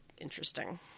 interesting